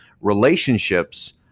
relationships